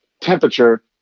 temperature